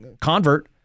convert